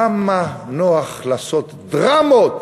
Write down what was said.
כמה נוח לעשות דרמות